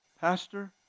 Pastor